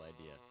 idea